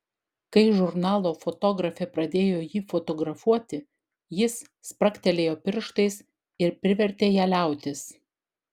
kai žurnalo fotografė pradėjo jį fotografuoti jis spragtelėjo pirštais ir privertė ją liautis